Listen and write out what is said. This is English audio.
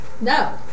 no